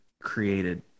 created